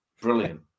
brilliant